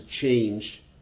change